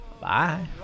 Bye